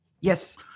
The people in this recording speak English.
Yes